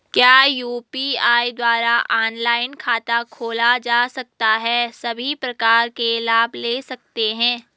क्या यु.पी.आई द्वारा ऑनलाइन खाता खोला जा सकता है सभी प्रकार के लाभ ले सकते हैं?